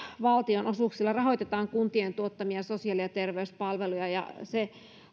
valtionosuuksilla rahoitetaan kuntien tuottamia sosiaali ja terveyspalveluja ja se